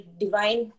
divine